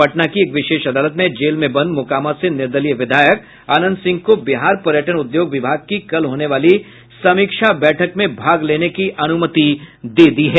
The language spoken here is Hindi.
पटना की एक विशेष अदालत ने जेल में बंद मोकामा से निर्दलीय विधायक अनंत सिंह को बिहार पर्यटन उद्योग विभाग की कल होने वाली समीक्षा बैठक में भाग लेने की अनुमति दे दी है